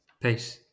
Peace